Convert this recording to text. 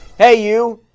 hey you!